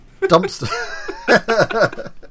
Dumpster